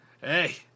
Hey